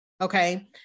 Okay